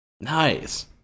Nice